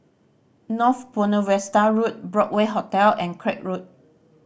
North Buona Vista Road Broadway Hotel and Craig Road